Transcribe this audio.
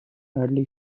early